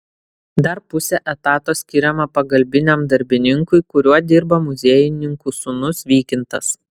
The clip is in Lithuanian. dar pusė etato skiriama pagalbiniam darbininkui kuriuo dirba muziejininkų sūnus vykintas